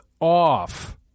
off